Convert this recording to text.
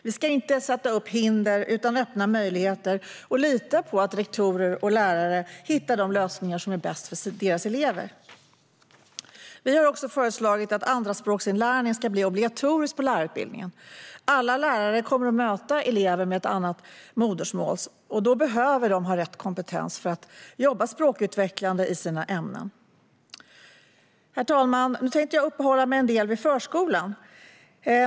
Vi ska inte sätta upp hinder utan öppna möjligheter och lita på att rektorer och lärare hittar de lösningar som är bäst för deras elever. Vi har också föreslagit att andraspråksinlärning ska bli obligatoriskt på lärarutbildningen. Alla lärare kommer att möta elever med ett annat modersmål, och då behöver de ha rätt kompetens för att jobba språkutvecklande i sina ämnen. Herr talman! Jag tänker uppehålla mig en del vid förskolan.